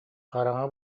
хараҥа